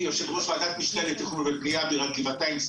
יושב-ראש ועדת משנה לתכנון ולבנייה בעיריית גבעתיים,